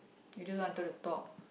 you just wanted to talk